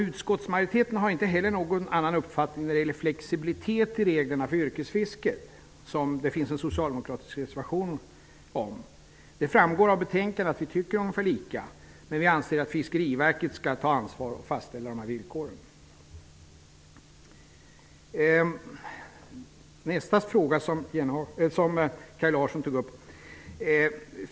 Utskottsmajoriteten har heller inte någon annan uppfattning när det gäller flexibiliteten i reglerna för yrkesfisket, om vilken det finns en socialdemokratisk reservation. Det framgår av betänkandet att vi tycker ungefär likadant. Men vi anser att Fiskeriverket skall ta ansvar och fastställa dessa villkor. Så till nästa fråga som Kaj Larsson tog upp.